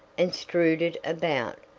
and strewed it about,